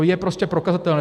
To je prostě prokazatelné.